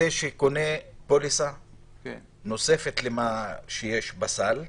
זה שקונה פוליסה נוספת למה שיש בסל.